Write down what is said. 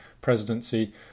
presidency